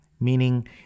meaning